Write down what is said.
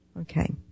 Okay